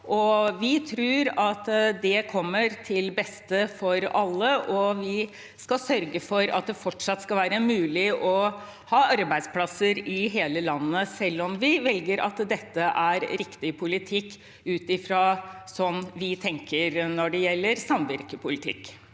vi tror at det kommer alle til gode. Vi skal sørge for at det fortsatt skal være mulig å ha arbeidsplasser i hele landet, selv om vi velger at dette er riktig politikk ut fra sånn vi tenker når det gjelder samvirkepolitikk.